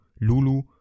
Lulu